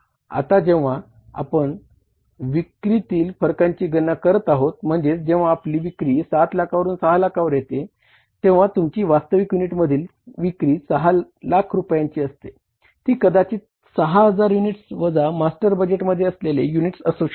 आता जेंव्हा आपण विक्रीतील फरकांची गणना करत आहोत म्हणजेच जेव्हा आपली विक्री 7 लाखावरुन 6 लाखावर येते तेंव्हा तुमची वास्तविक युनिट मधील विक्री 6 लाख रुपयांची असते ती कदाचीत 6 हजार युनिट्स वजा मास्टर बजेट मध्ये दिलेले युनिट्स असू शकते